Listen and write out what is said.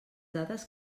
dades